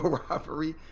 robbery